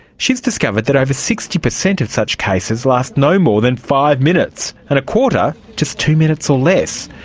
she has discovered that over sixty percent of such cases last no more than five minutes, and a quarter just two minutes or less.